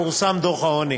פורסם דוח העוני.